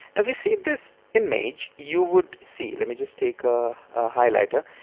if you see this image you would see. let me just take a highlighter.